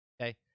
Okay